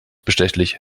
bestechlich